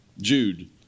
Jude